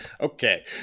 Okay